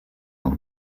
noch